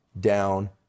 down